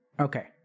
Okay